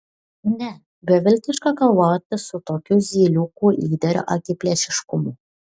ne beviltiška kovoti su tokiu zyliukų lyderio akiplėšiškumu